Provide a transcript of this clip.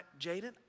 Jaden